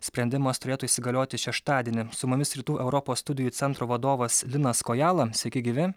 sprendimas turėtų įsigalioti šeštadienį su mumis rytų europos studijų centro vadovas linas kojala sveiki gyvi